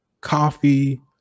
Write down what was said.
coffee